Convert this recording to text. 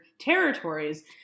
territories